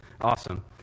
Awesome